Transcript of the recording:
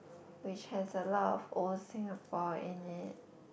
which has a lot of old Singapore in it